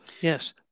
Yes